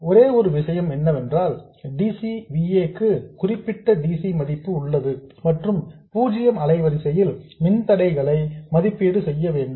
ஒரே ஒரு விஷயம் என்னவென்றால் dc V a க்கு குறிப்பிட்ட dc மதிப்பு உள்ளது மற்றும் பூஜியம் அலைவரிசையில் மின்தடைகளை மதிப்பீடு செய்ய வேண்டும்